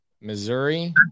Missouri